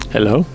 Hello